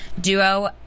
duo